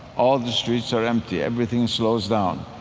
all the streets are empty. everything slows down.